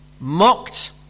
mocked